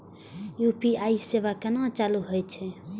UPI सेवा केना चालू है छै?